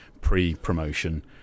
pre-promotion